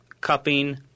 cupping